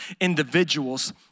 individuals